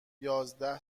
یازده